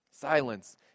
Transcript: Silence